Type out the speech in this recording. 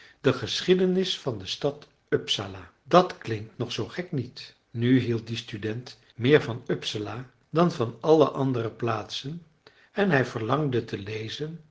de geschiedenis van de stad uppsala dat klinkt nog zoo gek niet nu hield die student meer van uppsala dan van alle andere plaatsen en hij verlangde te lezen